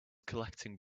collecting